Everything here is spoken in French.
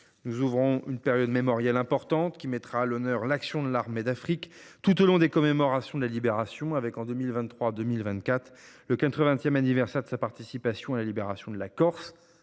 Nous ouvrons une période mémorielle importante, qui mettra à l’honneur l’action de l’armée d’Afrique tout au long des commémorations de la Libération, avec, en 2023 et en 2024, le quatre vingtième anniversaire de sa participation à la libération de la Corse,